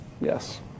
Yes